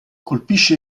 colpisce